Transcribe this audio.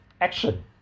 action